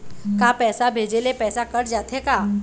का पैसा भेजे ले पैसा कट जाथे का?